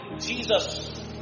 Jesus